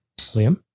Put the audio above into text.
Liam